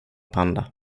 panda